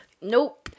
Nope